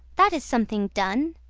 that is something done,